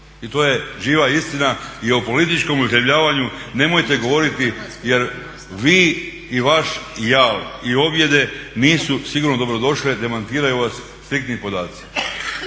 I to je živa istina i o političkom uhljebljivanju nemojte govoriti jer vi i vaš jal i objede nisu sigurno dobrodošle, demantiraju vas striktni podacima.